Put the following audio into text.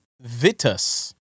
Vitus